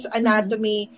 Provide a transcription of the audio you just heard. anatomy